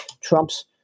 Trump's